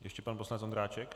Ještě pan poslanec Ondráček.